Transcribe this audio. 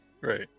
Right